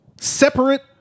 separate